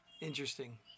interesting